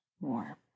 more